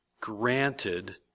granted